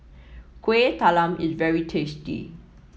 Kuih Talam is very tasty